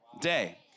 day